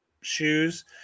shoes